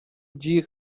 جیغ